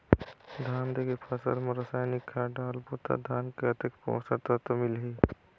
धान देंके फसल मा रसायनिक खाद डालबो ता धान कतेक पोषक तत्व मिलही?